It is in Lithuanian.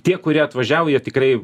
tie kurie atvažiavo jie tikrai